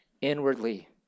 inwardly